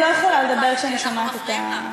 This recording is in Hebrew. אני לא יכולה לדבר כשאני שומעת אותם.